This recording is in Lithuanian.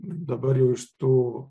dabar jau iš tų